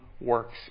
works